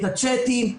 את הצ'אטים,